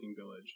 village